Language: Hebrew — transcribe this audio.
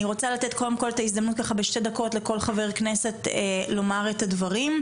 אני רוצה לתת קודם כל את ההזדמנות לכל חבר כנסת לומר את הדברים,